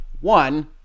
One